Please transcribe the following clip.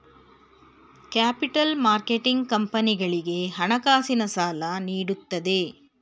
capital marketing ಕಂಪನಿಗಳಿಗೆ ಹಣಕಾಸಿನ ಸಾಲ ನೀಡುತ್ತದೆ